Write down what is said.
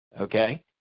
okay